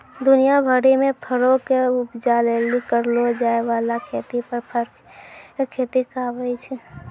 दुनिया भरि मे फरो के उपजा लेली करलो जाय बाला खेती फर खेती कहाबै छै